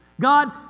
God